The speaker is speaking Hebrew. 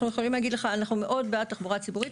אנחנו יכולים להגיד לך שאנחנו מאוד בעד תחבורה ציבורית.